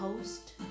host